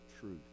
truth